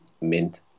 Mint